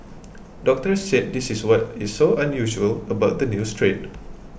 doctors said this is what is so unusual about the new strain